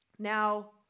Now